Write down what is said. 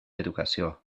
educació